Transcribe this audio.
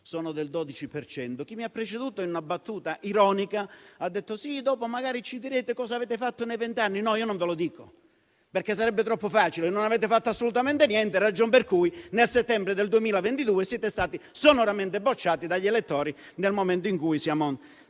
per cento. Chi mi ha preceduto in una battuta ironica ha detto che dopo magari diremo cosa abbiamo fatto nei venti anni. No, io non ve lo dico perché sarebbe troppo facile. Non avete fatto assolutamente niente, ragion per cui nel settembre del 2022 siete stati sonoramente bocciati dagli elettori nel momento in cui siamo